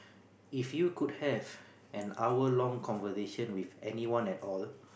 if you could have an hour long conversation with anyone at all